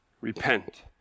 Repent